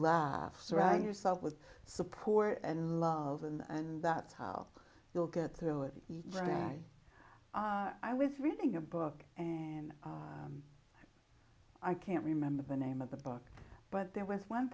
laugh surround yourself with support and love and that's how you'll get through it you write i was reading a book and i can't remember the name of the book but there was one